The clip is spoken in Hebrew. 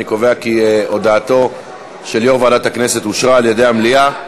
אני קובע כי הודעתו של יושב-ראש ועדת הכנסת אושרה על-ידי המליאה.